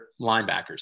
linebackers